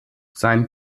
sein